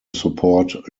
support